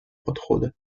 подхода